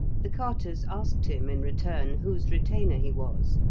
the carters asked him, in return, whose retainer he was,